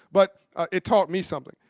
but it taught me something.